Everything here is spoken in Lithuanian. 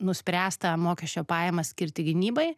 nuspręsta mokesčio pajamas skirti gynybai